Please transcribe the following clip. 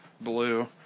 blue